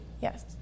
yes